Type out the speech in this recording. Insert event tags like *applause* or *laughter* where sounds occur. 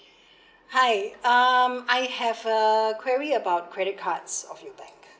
*breath* hi um I have a query about credit cards of your bank